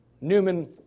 Newman